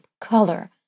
color